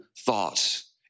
thoughts